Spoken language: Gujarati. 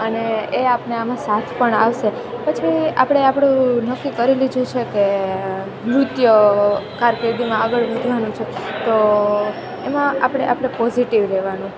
અને એ આપણને આમાં સાથ પણ આપશે પછી આપણે આપણું નક્કી કરી જી લીધું છે કે નૃત્ય કારકિર્દીમાં આગળ વધવાનું છે તો એમાં આપણે આપણે પોઝિટિવ રહેવાનું